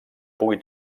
pugui